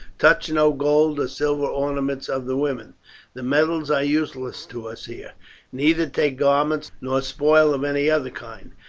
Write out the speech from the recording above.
touch no gold or silver ornaments of the women the metals are useless to us here neither take garments nor spoil of any other kind.